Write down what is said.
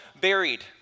buried